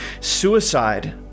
suicide